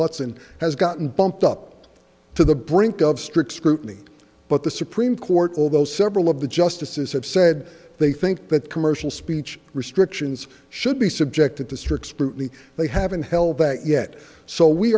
hutson has gotten bumped up to the brink of strict scrutiny but the supreme court although several of the justices have said they think that commercial speech restrictions should be subjected to strict scrutiny they haven't held back yet so we